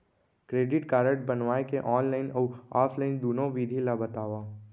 Credit card बनवाए के online अऊ ऑफलाइन दुनो विधि ला बतावव?